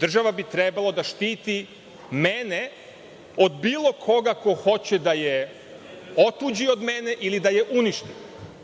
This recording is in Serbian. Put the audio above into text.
država bi trebalo da štiti mene od bilo koga ko hoće da je otuđi od mene ili da je uništi.